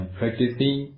practicing